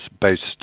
based